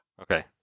Okay